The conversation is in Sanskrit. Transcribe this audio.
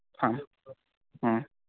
ह ह